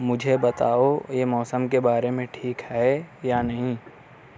مجھے بتاؤ یہ موسم کے بارے میں ٹھیک ہے یا نہیں